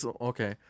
Okay